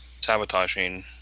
sabotaging